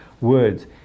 words